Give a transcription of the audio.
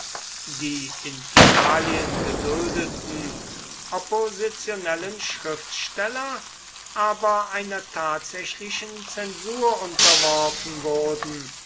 die in italien geduldeten oppositionellen schriftsteller aber einer tatsächlichen zensur unterworfen wurden